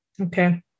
Okay